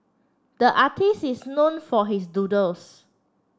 the artists is known for his doodles